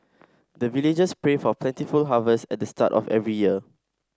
the villagers pray for plentiful harvest at the start of every year